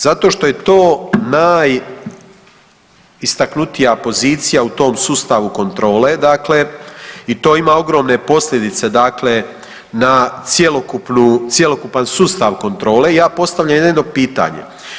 Zato što je to najistaknutija pozicija u tom sustavu kontrole, dakle i to ima ogromne posljedice dakle na cjelokupni sustav kontrole i ja postavljam jedno pitanje.